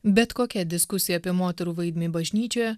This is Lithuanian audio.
bet kokia diskusija apie moterų vaidmenį bažnyčioje